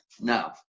Now